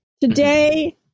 Today